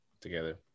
together